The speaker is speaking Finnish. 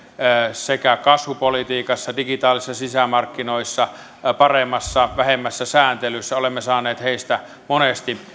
sekä kasvupolitiikassa digitaalisissa sisämarkkinoissa että paremmassa vähemmässä sääntelyssä olemme saaneet heistä monesti